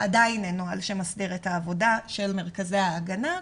עדיין אין נוהל שמסדיר את העבודה של מרכזי ההגנה,